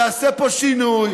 יעשה פה שינוי.